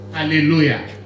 hallelujah